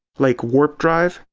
like warp drive,